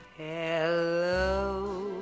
Hello